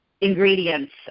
ingredients